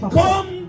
come